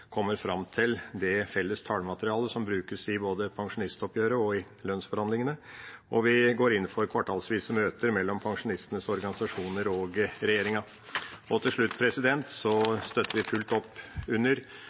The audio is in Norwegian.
kommer fram til det felles tallmaterialet som brukes i både pensjonistoppgjøret og lønnsforhandlingene. Og vi går inn for kvartalsvise møter mellom pensjonistenes organisasjoner og regjeringa. Til slutt: Vi støtter fullt opp under